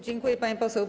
Dziękuję, pani poseł.